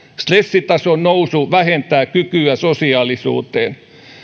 stressitason nousu vähentää kykyä sosiaalisuuteen